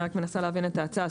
אני רק מנסה להבין את ההצעה.